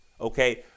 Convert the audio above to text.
Okay